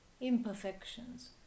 Imperfections